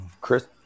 Chris